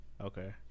Okay